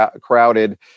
crowded